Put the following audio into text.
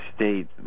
state